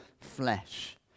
flesh